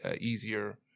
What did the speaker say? easier